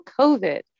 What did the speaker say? COVID